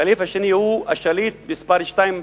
הח'ליף השני הוא השליט מספר שתיים,